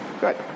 Good